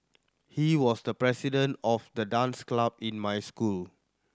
he was the president of the dance club in my school